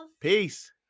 Peace